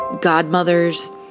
godmothers